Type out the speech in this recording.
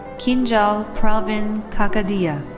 kinjal pravin kakadiya.